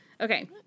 okay